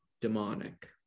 demonic